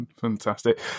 Fantastic